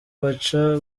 baca